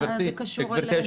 מה זה קשור אלינו?